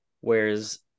Whereas